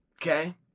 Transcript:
okay